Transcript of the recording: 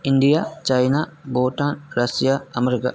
India China Bhutan Russia America